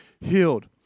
healed